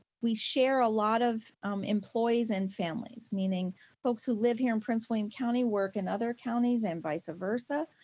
we share a lot of employees and families meaning folks who live here in prince william county work in other counties and vice versa.